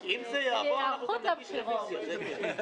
אם זה יעבור אנחנו נגיש רביזיה.